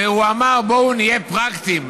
והוא אמר: בואו נהיה פרקטיים,